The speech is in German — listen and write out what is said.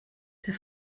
der